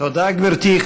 תודה, גברתי.